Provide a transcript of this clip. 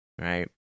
right